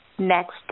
next